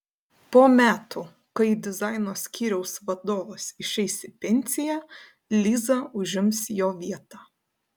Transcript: po metų kai dizaino skyriaus vadovas išeis į pensiją liza užims jo vietą